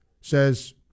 says